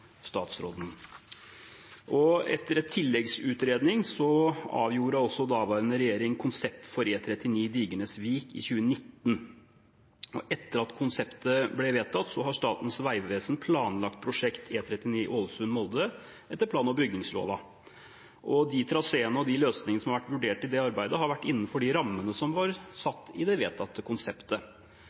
Etter en tilleggsutredning avgjorde forrige regjering konseptet for E39 Digernes–Vik i 2019. Etter at konseptet ble vedtatt, har Statens vegvesen planlagt prosjektet E39 Ålesund–Molde etter plan- og bygningsloven. De traseene og løsningene som har vært vurdert i det arbeidet, har vært innenfor de rammene som var satt i det vedtatte konseptet.